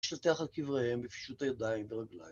משטטח על קבריהם בפישוט הידיים והרגליים